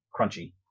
crunchy